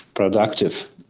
productive